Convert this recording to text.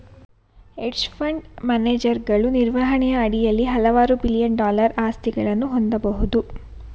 hedge fund ಮ್ಯಾನೇಜರುಗಳು ನಿರ್ವಹಣೆಯ ಅಡಿಯಲ್ಲಿ ಹಲವಾರು ಬಿಲಿಯನ್ ಡಾಲರ್ ಆಸ್ತಿಗಳನ್ನು ಹೊಂದಬಹುದು